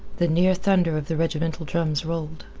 the near thunder of the regimental drums rolled.